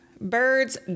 Birds